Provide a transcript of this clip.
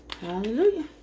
Hallelujah